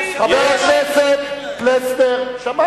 חבר הכנסת פלסנר, שמענו.